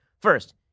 First